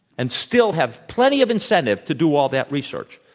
and still have plenty of incentive to do all that research.